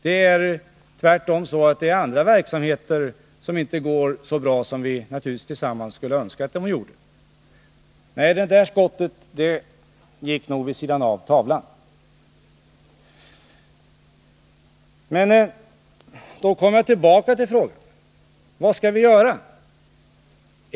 Det är i stället så att det är andra verksamheter som inte går så bra som vi naturligtvis tillsammans skulle önska att de gjorde. Nej, Eivor Marklund, det där skottet gick nog vid sidan av tavlan. Då kommer jag tillbaka till frågan: Vad skall vi göra?